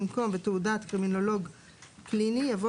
במקום "ותעודת קרימינולוג קליני" יבוא